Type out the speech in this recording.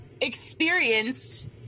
experienced